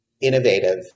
innovative